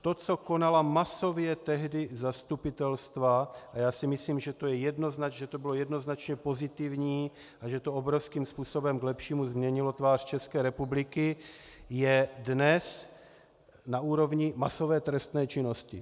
To, co konala masově tehdy zastupitelstva a myslím, že to bylo jednoznačně pozitivní a že to obrovským způsobem k lepšímu změnilo tvář České republiky je dnes na úrovni masové trestné činnosti.